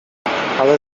ale